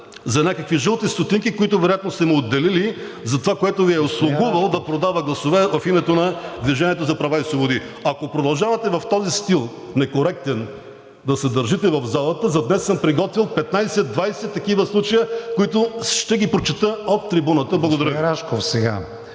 за някакви жълти стотинки, които вероятно сте му отделили за това, което Ви е слугувал да продава гласове в името на „Движение за права и свободи“. Ако продължавате в този некоректен стил да се държите в залата, за днес съм приготвил 15 – 20 такива случая, които ще ги прочета от трибуната. Благодаря